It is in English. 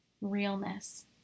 realness